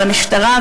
על המשטרה.